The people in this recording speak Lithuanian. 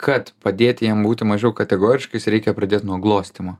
kad padėti jiem būti mažiau kategoriškais reikia pradėt nuo glostymo